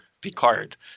Picard